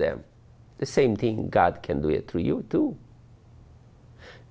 them the same thing god can do it to you to